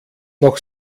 noch